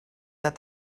that